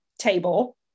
table